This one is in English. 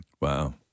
Wow